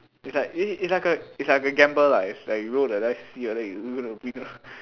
is like eh is like a is like a gamble lah it's like you roll the dice see whether you gonna win or not